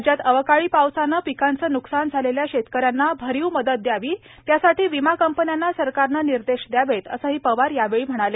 राज्यात अवकाळी पावसानं पिकांचं न्कसान झालेल्या शेतक यांना भरीव मदत द्यावी त्यासाठी विमा कंपन्यांना सरकारनं निर्देश द्यावेत असंही पवार यावेळी म्हणाले